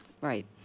Right